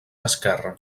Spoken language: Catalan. esquerre